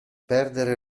perdere